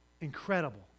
Incredible